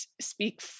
speak